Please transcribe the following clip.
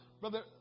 Brother